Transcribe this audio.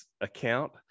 account